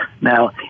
Now